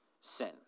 sin